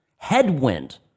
headwind